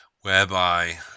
whereby